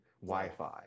Wi-Fi